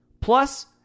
Plus